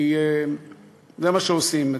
כי זה מה שעושים,